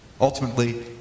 Ultimately